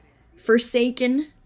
forsaken